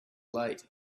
late